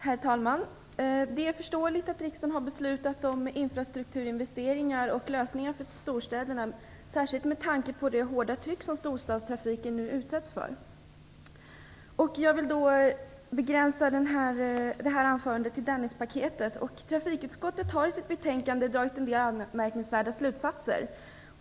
Herr talman! Det är förståeligt att riksdagen har fattat beslut om infrastrukturinvesteringar och lösningar för storstäderna, särskilt med tanke på det hårda tryck som storstadstrafiken nu utsätts för. Jag vill begränsa mitt anförande till Dennispaketet. Trafikutskottet har i betänkandet dragit en del anmärkningsvärda slutsatser.